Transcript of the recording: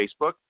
Facebook